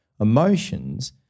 emotions